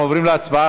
אנחנו עוברים להצבעה.